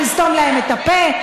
צריך לסתום להם את הפה.